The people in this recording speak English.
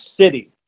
city